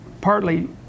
partly